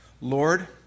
Lord